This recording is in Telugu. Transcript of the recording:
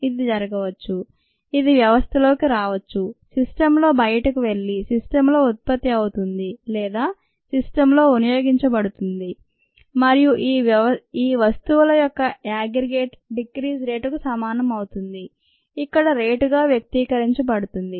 ఇది జరగవచ్చు ఇది వ్యవస్థలోకి రావచ్చు సిస్టమ్ లో బయటకు వెళ్లి సిస్టమ్ లో ఉత్పత్తి అవుతుంది లేదా సిస్టమ్ లో వినియోగించబడుతుంది మరియు ఈ వస్తువుల యొక్క యాగ్రిగేట్ డిక్రీస్ రేట్ కు సమానం అవుతుంది ఇక్కడ రేటుగా వ్యక్తీకరించబడుతుంది